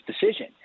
decision